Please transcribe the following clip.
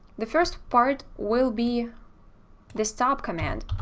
the first part will be the stop command.